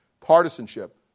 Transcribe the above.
partisanship